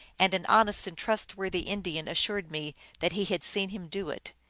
and an honest and trustworthy in dian assured me that he had seen him do it.